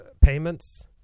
payments